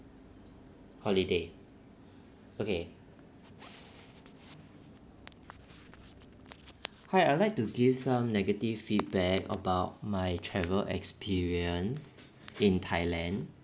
holiday okay hi I'll like to give some negative feedback about my travel experience in thailand